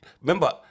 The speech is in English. Remember